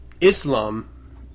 Islam